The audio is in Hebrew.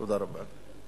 תודה רבה.